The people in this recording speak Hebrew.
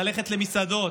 ללכת למסעדות,